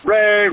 Ray